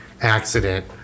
accident